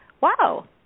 Wow